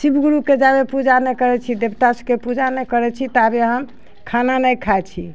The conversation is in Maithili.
शिवगुरुके जाबे पूजा नहि करै छी देवता सभके पूजा नहि करै छी ताबे हम खाना नहि खाइ छी